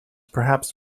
perhaps